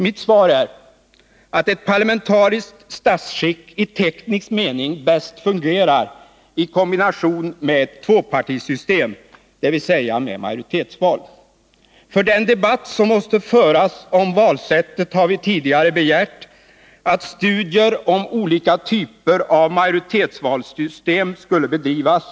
Mitt svar är att ett parlamentariskt statsskick i teknisk mening bäst fungerar i kombination med ett tvåpartisystem, dvs. med majoritetsval. För den debatt som måste föras om valsättet, har vi tidigare begärt att studier om olika typer av majoritetsvalsystem skall bedrivas.